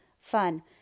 fun